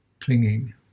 clinging